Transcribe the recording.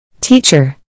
Teacher